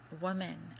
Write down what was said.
woman